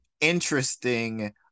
interesting